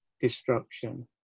destruction